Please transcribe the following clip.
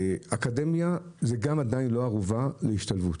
אקדמיה זה גם עדיין לא ערובה להשתלבות.